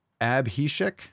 Abhishek